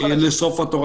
לסוף התור.